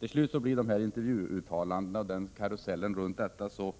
Till slut blev intervjuuttalandena och karusellen kring detta så